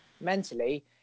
mentally